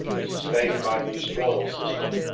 sustained by the spoils system,